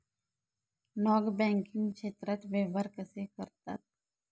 Non banking क्षेत्रात व्यवहार कसे करतात?